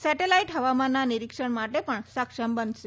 satellite હવામાનના નિરીક્ષણ માટે પણ સક્ષમ બનશે